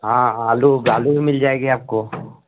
हाँ आलू आलू भी मिल जाएगी आपको